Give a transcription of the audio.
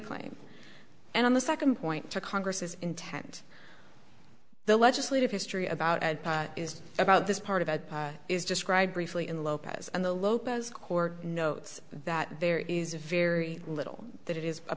claim and on the second point to congress intent the legislative history about is about this part of a is described briefly in lopez and the lopez court notes that there is very little that it is a